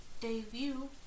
debut